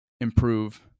improve